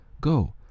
Go